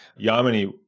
Yamini